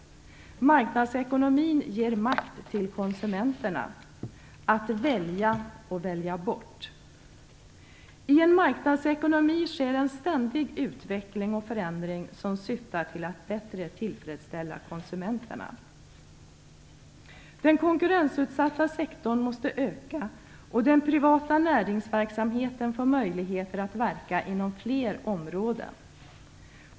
Marknadsekonomin ger konsumenterna makt att välja och att välja bort. I en marknadsekonomi sker en ständig utveckling och förändring som syftar till att bättre tillfredsställa konsumenterna. Den konkurrensutsatta sektorn måste öka och den privata näringsverksamheten få möjligheter att verka inom fler områden.